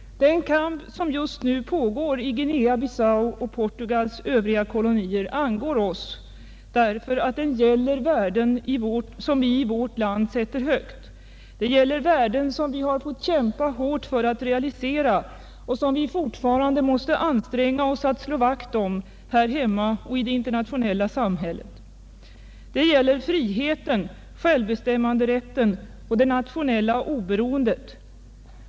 Den kamp som just nu pågår i Guinea Bissau och Portugals övriga kolonier angår oss. Den gäller värden som vi i vårt land sätter högt, värden som vi har fått kämpa hårt för att realisera och som vi fortfarande mäste anstränga oss att slå vakt om här hemma och i det internationella samarbetet. Det gäller friheten, självbestämmanderätten och det nationella oberoendet.